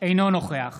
אינו נוכח